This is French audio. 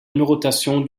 numérotation